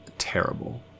terrible